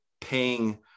paying